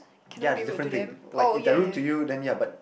ya is different thing like if they rude to you then ya but